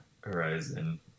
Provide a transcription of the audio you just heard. Horizon